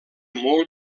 molt